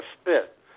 spit